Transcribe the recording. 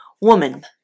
Woman